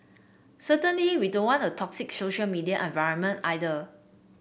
certainly we don't want a toxic social media environment either